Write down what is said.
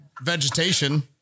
vegetation